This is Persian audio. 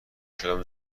شدم